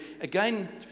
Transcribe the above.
again